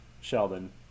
Sheldon